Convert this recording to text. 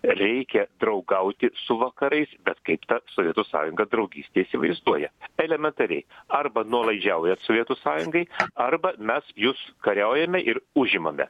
reikia draugauti su vakarais bet kaip ta sovietų sąjunga draugystę įsivaizduoja elementariai arba nuolaidžiauja sovietų sąjungai arba mes jus kariaujame ir užimame